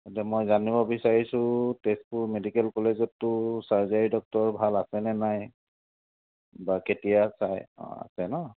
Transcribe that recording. এতিয়া মই জানিব বিচাৰিছোঁ তেজপুৰ মেডিকেল কলেজতটো চাৰ্জাৰীৰ ডক্তৰ ভাল আছে নে নাই বা কেতিয়া চাই অঁ আছে ন